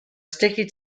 sticky